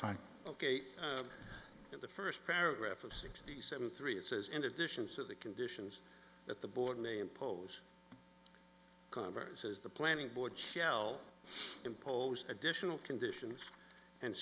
time ok in the first paragraph of sixty seven three it says in addition to the conditions that the board may impose cumbers as the planning board shall impose additional conditions and